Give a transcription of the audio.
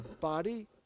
body